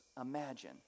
Imagine